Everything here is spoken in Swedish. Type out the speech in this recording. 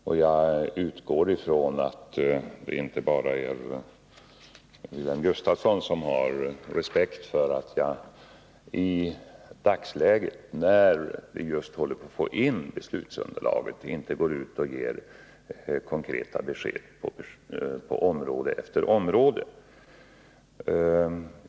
Jag utgår från att det inte bara är Wilhelm Gustafsson som har respekt för att jag i dagsläget, när vi just håller på att få in beslutsunderlaget, inte går ut och ger konkreta besked på område efter område.